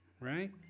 right